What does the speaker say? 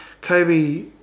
Kobe